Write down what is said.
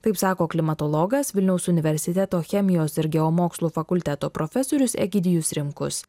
taip sako klimatologas vilniaus universiteto chemijos ir geomokslų fakulteto profesorius egidijus rimkus